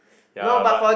ya but